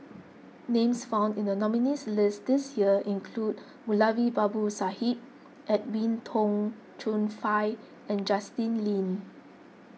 names found in the nominees' list this year include Moulavi Babu Sahib Edwin Tong Chun Fai and Justin Lean